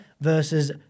versus